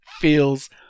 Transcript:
feels